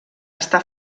està